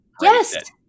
Yes